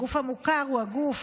הגוף המוכר הוא הגוף